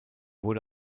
wurde